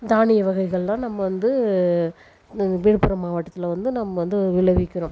தானிய வகைகள்லாம் நம்ம வந்து விழுப்புரம் மாவட்டத்தில் வந்து நம்ம வந்து விளைவிக்கிறோம்